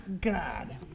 God